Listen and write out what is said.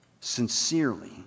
sincerely